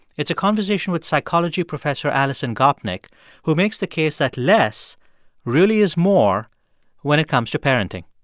it's a conversation with psychology professor alison gopnik who makes the case that less really is more when it comes to parenting.